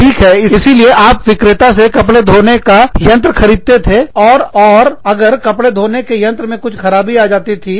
ठीक है इसीलिए आप विक्रेता से कपड़े धोने का यंत्र खरीदते थे और अगर कपड़े धोने का यंत्र में कुछ ख़राबी आ जाती थी